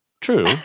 True